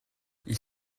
ils